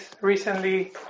recently